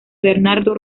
bernardo